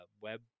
Web